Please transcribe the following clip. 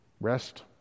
rest